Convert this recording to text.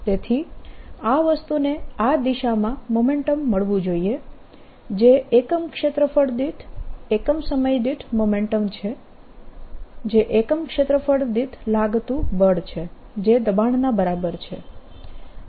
તેથી આ વસ્તુને આ દિશામાં મોમેન્ટમ મળવું જોઈએ જે એકમ ક્ષેત્રફળ દીઠ એકમ સમય દીઠ મોમેન્ટમ છે જે એકમ ક્ષેત્રફળ દીઠ લાગતું બળ છે જે દબાણના બરાબર છે